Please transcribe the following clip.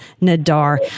Nadar